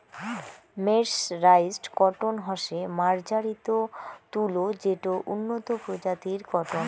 mercerised cotton হসে মার্জারিত তুলো যেটো উন্নত প্রজাতির কটন